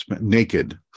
Naked